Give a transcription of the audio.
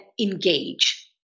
engage